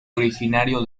originario